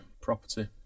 property